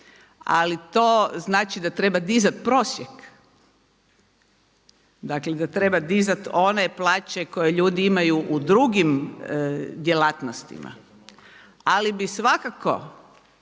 ali to znači da treba dizati prosjek, dakle da treba dizati one plaće koje ljudi imaju u drugim djelatnostima. Ali bih svakako